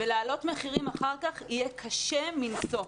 ולהעלות מחירים אחר כך יהיה קשה מנשוא.